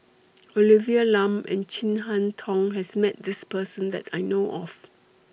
Olivia Lum and Chin Harn Tong has Met This Person that I know of